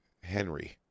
Henry